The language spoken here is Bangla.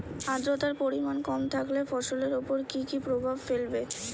আদ্রর্তার পরিমান কম থাকলে ফসলের উপর কি কি প্রভাব ফেলবে?